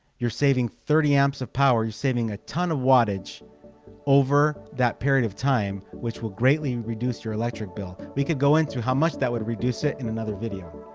you're saving thirty amps of power. you're saving a ton of wattage over that period of time which will greatly and reduce your electric bill we could go into how much that would reduce it in another video.